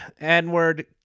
n-word